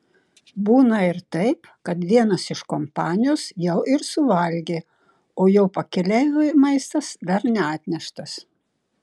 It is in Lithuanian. būna ir taip kad vienas iš kompanijos jau ir suvalgė o jo pakeleiviui maistas dar neatneštas